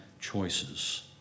choices